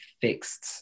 fixed